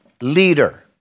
leader